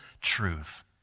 truth